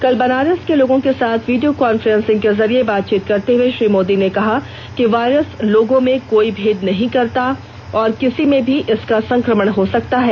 कल बनारस के लोगों के साथ वीडियों कॉन्फ्रेंसिंग के जरिए बातचीत करते हुए श्री मोदी ने कहा कि वायरस लोगों में कोई भेद नहीं करता और किसी में भी इसका संक्रमण हो सकता है